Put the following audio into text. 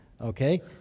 Okay